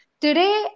Today